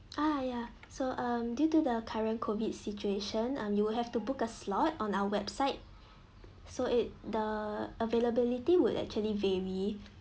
ah ya so um due to the current COVID situation uh you will have to book a slot on our website so it the availability will actually vary